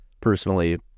personally